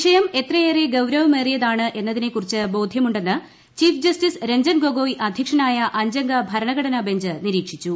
വിഷയം എത്രയേറെ ഗൌരവമേറിയതാണ് എന്നതിനെ കുറിച്ച് ബോധ്യമുണ്ടെന്ന് ചീഫ് ജസ്റ്റിസ് രഞ്ജൻ ഗൊഗോയ് അധ്യക്ഷനായ അഞ്ചംഗ ഭരണഘടന ബെഞ്ച് നിരീക്ഷിച്ചു